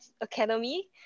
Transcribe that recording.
Academy